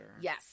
Yes